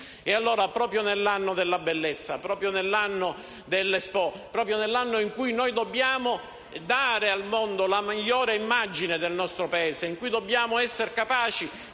Paese. Proprio nell'anno della bellezza, proprio nell'anno dell'Expo, proprio nell'anno in cui dobbiamo dare al mondo la migliore immagine del nostro Paese, in cui dobbiamo essere capaci